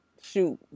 shoot